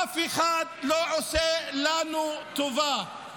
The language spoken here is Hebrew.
אף אחד לא עושה לנו טובה.